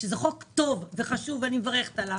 וזה חוק טוב וחשוב ואני מברכת עליו,